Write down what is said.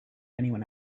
anyone